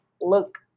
look